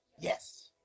Yes